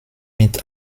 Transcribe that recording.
mit